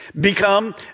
become